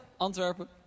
Antwerpen